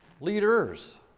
leaders